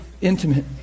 intimate